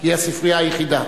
כי היא הספרייה היחידה.